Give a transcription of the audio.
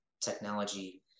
technology